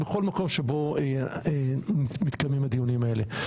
בכל מקום שבו מתקיימים הדיונים האלה,